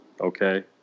Okay